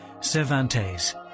Cervantes